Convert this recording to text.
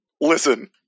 listen